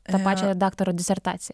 tą pačią daktaro disertaciją